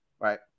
right